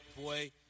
boy